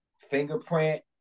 Fingerprint